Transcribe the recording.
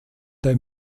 der